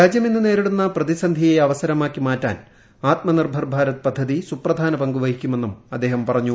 രാജ്യം ഇന്ന് നേരിടുന്ന പ്രതിസന്ധിയെ അവസരമാക്ക്ഡ്മാറ്റാൻ ആത്മനിർഭർ ഭാരത് പദ്ധതി സുപ്രധാന പങ്കുവഹിക്കൂമെന്നും അദ്ദേഹം പറഞ്ഞു